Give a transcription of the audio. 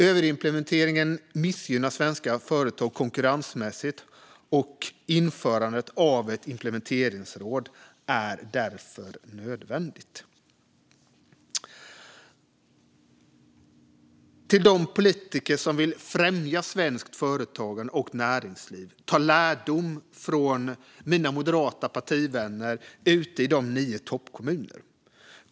Överimplementeringen missgynnar svenska företag konkurrensmässigt. Införandet av ett implementeringsråd är därför nödvändigt. Till de politiker som vill främja svenskt företagande och näringsliv vill jag säga: Ta lärdom av mina moderata partivänner ute i de nio toppkommunerna!